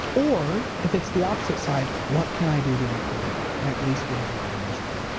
or, if it's the opposite side, what can i do to improve it? at least we have a way to measure it